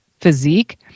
physique